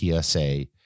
PSA